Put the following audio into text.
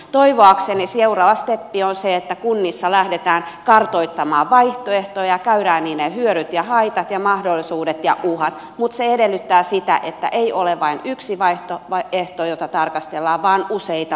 toivoakseni seuraa steppi on se että kunnissa lähdetään kartoittamaan vaihtoehtoja käydään niin ne hyödyt ja haitat ja mahdollisuudet ja uhat mutta se edellyttää sitä että ei ole vain yksi vaihto vai kehto jota tarkastellaan vaan useita